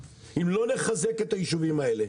אדוני היושב-ראש,